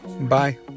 bye